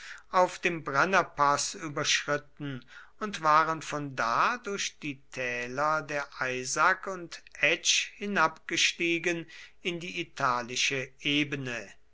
auf dem brennerpaß überschritten und waren von da durch die täler der eisack und etsch hinabgestiegen in die italische ebene